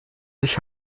sich